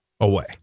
away